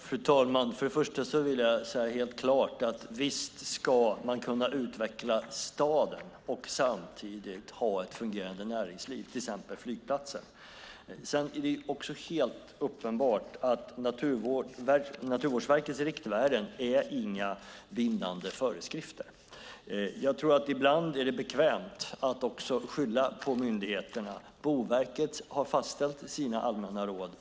Fru talman! För det första vill jag säga helt klart att visst ska man kunna utveckla staden och samtidigt ha ett fungerande näringsliv, till exempel flygplatsen. Det är också helt uppenbart att Naturvårdsverkets riktvärden inte är några bindande föreskrifter. Jag tror att ibland är det bekvämt att skylla på myndigheterna. Boverket har fastställt sina allmänna råd.